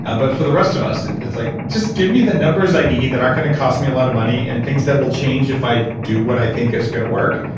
ah but for the rest of us, it's it's like just give me the numbers i need that aren't going to cost me a lot of money and things that will change if i do what i think is going to work,